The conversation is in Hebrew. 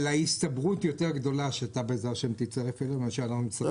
ההסתברות היותר גדולה שאתה תצטרף אלינו מאשר אנחנו נצטרף אליך.